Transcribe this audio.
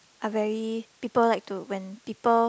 I very people like to when people